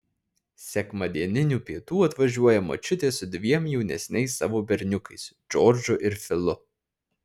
sekmadieninių pietų atvažiuoja močiutė su dviem jaunesniais savo berniukais džordžu ir filu